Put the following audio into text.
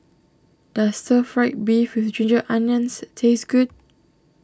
does Stir Fried Beef with Ginger Onions taste good